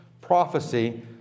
prophecy